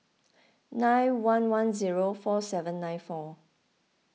nine one one zero four seven nine four